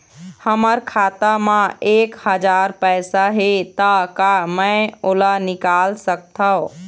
हमर खाता मा एक हजार पैसा हे ता का मैं ओला निकाल सकथव?